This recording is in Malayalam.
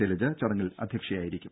ശൈലജ ചടങ്ങിൽ അധ്യക്ഷയായിരിക്കും